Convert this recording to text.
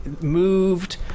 moved